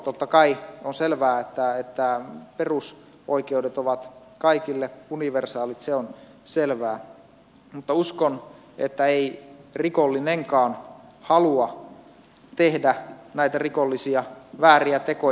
totta kai on selvää että perusoikeudet ovat kaikille universaalit se on selvää mutta uskon että ei rikollinenkaan halua tehdä näitä rikollisia vääriä tekoja